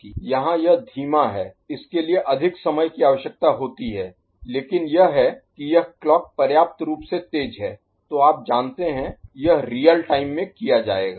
यहाँ यह धीमा है इसके लिए अधिक समय की आवश्यकता होती है लेकिन यह है कि यह क्लॉक पर्याप्त रूप से तेज़ है तो आप जानते हैं यह रियल टाइम में किया जाएगा